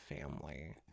family